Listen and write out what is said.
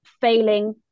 failing